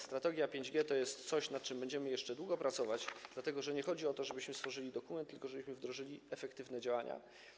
Strategia 5G to jest coś, nad czym będziemy jeszcze długo pracować, dlatego że nie chodzi o to, żebyśmy stworzyli dokument, tylko o to, żebyśmy wdrożyli efektywne działania.